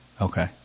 Okay